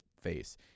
face